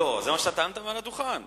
זה מה שאמרת על הדוכן.